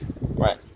Right